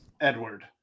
edward